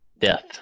death